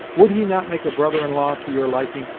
would he not make a brother-in-law to your liking?